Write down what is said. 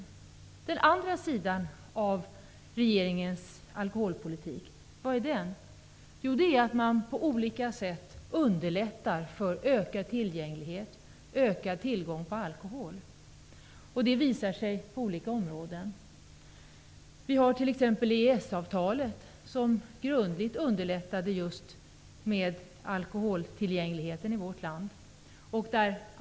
Vad innebär den andra sidan av regeringens alkoholpolitik? Jo, den innebär att man på olika sätt underlättar tillgängligheten och ökar tillgången på alkohol. Det visar sig på olika områden. EES-avtalet underlättar grundligt just alkoholtillgängligheten i vårt land.